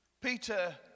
Peter